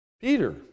Peter